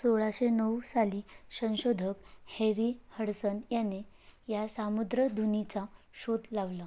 सोळाशे नऊ साली संशोधक हेरी हडसन याने या सामुद्र धुनीचा शोध लावला